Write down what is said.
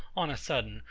on a sudden,